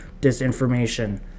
disinformation